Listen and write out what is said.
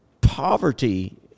Poverty